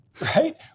right